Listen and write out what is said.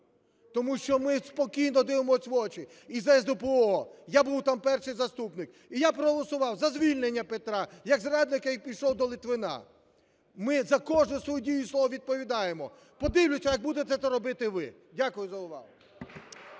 Тому що ми спокійно дивимось в очі. І за СДПУ(О), я був там перший заступник і я проголосував за звільнення Петра як зрадника і пішов до Литвина. Ми за кожну свою дію і слово відповідаємо. Подивлюся, як будете це робити ви. Дякую за увагу.